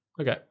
Okay